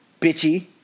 Bitchy